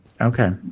Okay